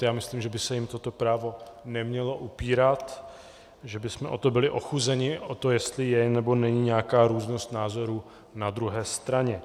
Já myslím, že by se jim toto právo nemělo upírat, že bychom byli ochuzeni o to, jestli je nebo není nějaká různost názorů na druhé straně.